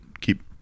keep